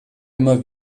immer